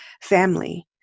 family